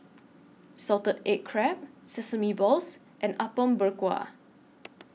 Salted Egg Crab Sesame Balls and Apom Berkuah